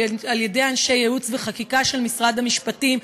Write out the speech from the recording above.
על ידי אנשי ייעוץ וחקיקה של משרד המשפטים,